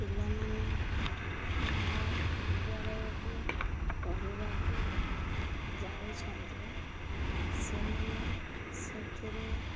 ପିଲାମାନେ ମହାବିଦ୍ୟାଳୟକୁ ପଢ଼ିବାକୁ ଯାଉଛନ୍ତି ସେମାନେ ସେଥିରେ